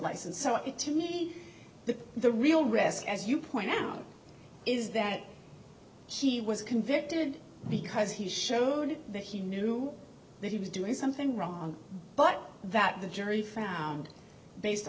license so it to me the the real rest as you point out is that he was convicted because he showed that he knew that he was doing something wrong but that the jury found based